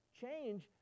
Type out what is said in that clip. change